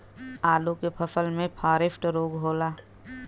आलू के फसल मे फारेस्ट रोग होला?